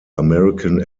american